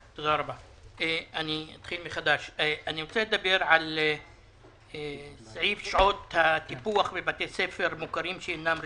אני רוצה לדבר על סעיף שעות הטיפוח בבתי ספר מוכרים שאינם רשמיים,